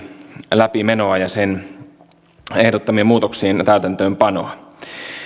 läpimenoa ja sen ehdottamien muutoksien täytäntöönpanoa